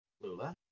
Lula